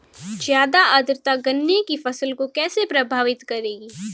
ज़्यादा आर्द्रता गन्ने की फसल को कैसे प्रभावित करेगी?